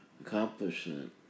accomplishment